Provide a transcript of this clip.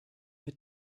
mit